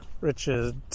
Richard